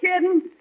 kidding